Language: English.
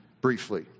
briefly